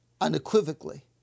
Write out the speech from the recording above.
unequivocally